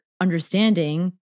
understanding